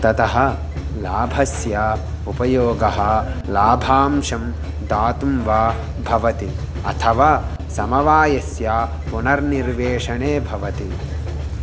ततः लाभस्य उपयोगः लाभांशं दातुं वा भवति अथवा समवायस्य पुनर्निर्वेशने भवति